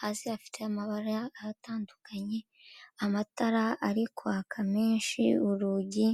hasi afite amabara atandukanye, amatara ari kwaka menshi, urugi.